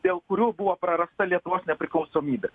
dėl kurių buvo prarasta lietuvos nepriklausomybė